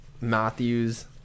Matthews